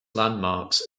landmarks